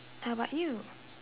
how about you